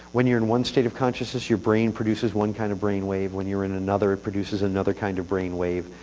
when you're in one state of consciousness, your brain produces one kind of brain wave. when you're in another, produces another kind of brain waves.